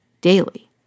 daily